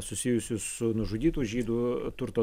susijusių su nužudytų žydų turto